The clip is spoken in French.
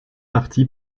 parti